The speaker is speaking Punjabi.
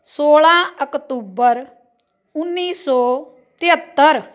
ਸੋਲ੍ਹਾਂ ਅਕਤੂਬਰ ਉੱਨੀ ਸੌ ਤਿਹੱਤਰ